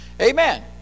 Amen